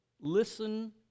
listen